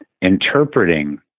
interpreting